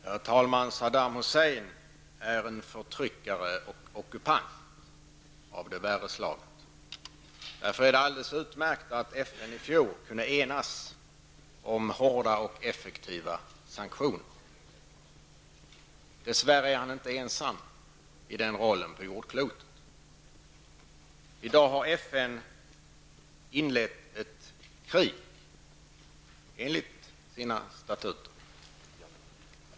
Herr talman! Saddam Hussein är en förtryckare och ockupant av det värre slaget. Det var därför alldeles utmärkt att FN i fjol kunde enas om hårda och effektiva sanktioner. Dess värre är han inte ensam i denna roll på jordklotet. I dag har FN inlett ett krig enligt sina statuter.